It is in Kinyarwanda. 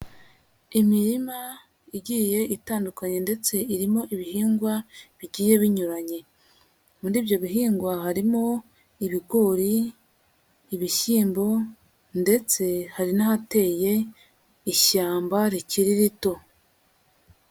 Imirima igiye itandukanye ndetse irimo ibihingwa bigiye binyuranye. Muri ibyo bihingwa harimo ibigori, ibishyimbo, ndetse hari n'ahateye ishyamba rikiri rito.